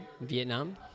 Vietnam